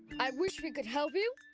i wish we could help you,